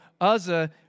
Uzzah